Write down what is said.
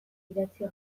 idatzi